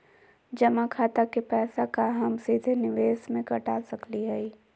जमा खाता के पैसा का हम सीधे निवेस में कटा सकली हई?